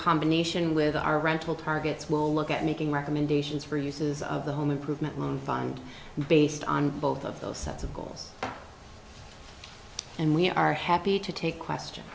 combination with our rental targets will look at making recommendations for uses of the home improvement loan fund based on both of those sets of goals and we are happy to take question